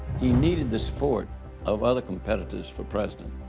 he needed the support of other competitors for president,